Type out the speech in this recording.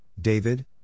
David